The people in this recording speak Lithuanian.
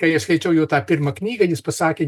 kai aš skaičiau jo tą pirmą knygą jis pasakė